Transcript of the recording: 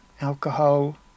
alcohol